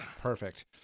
perfect